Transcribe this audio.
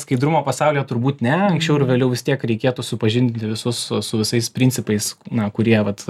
skaidrumo pasaulyje turbūt ne anksčiau ar vėliau vis tiek reikėtų supažindinti visus su su visais principais na kurie vat